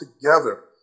together